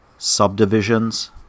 subdivisions